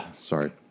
Sorry